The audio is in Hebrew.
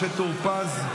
משה טור פז,